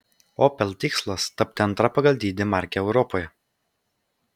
opel tikslas tapti antra pagal dydį marke europoje